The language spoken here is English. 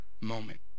moment